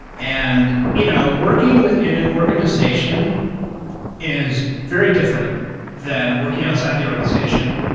and you know working within an organization is very different than working outside the organization,